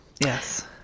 Yes